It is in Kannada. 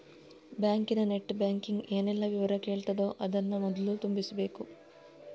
ಬ್ಯಾಂಕಿನ ನೆಟ್ ಬ್ಯಾಂಕಿಂಗ್ ಏನೆಲ್ಲ ವಿವರ ಕೇಳ್ತದೋ ಅದನ್ನ ಮೊದ್ಲು ತುಂಬಿಸ್ಬೇಕು